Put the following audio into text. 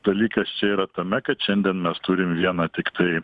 dalykas čia yra tame kad šiandien mes turim vieną tiktai